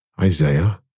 Isaiah